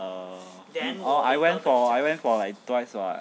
err I went for I went for like twice [what]